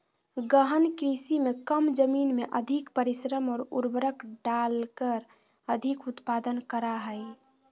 गहन कृषि में कम जमीन में अधिक परिश्रम और उर्वरक डालकर अधिक उत्पादन करा हइ